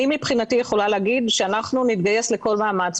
אני מבחינתי יכולה להגיד שאנחנו נתגייס לכל מאמץ,